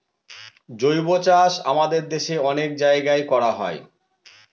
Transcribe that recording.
জৈবচাষ আমাদের দেশে অনেক জায়গায় করা হয়